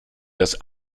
das